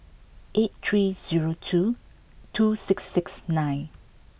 eight three zero two two six six nine